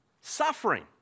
suffering